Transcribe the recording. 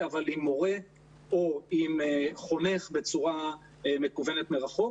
אבל עם מורה או עם חונך בצורה מקוונת מרחוק.